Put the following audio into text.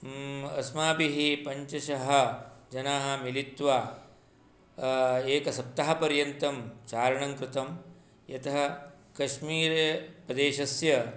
अस्माभिः पञ्चशः जनाः मिलित्वा एकसप्ताहपर्यन्तम् चारणङ्कृतं यतः कश्मीरप्रदेशस्य